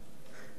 כך הוא הדבר,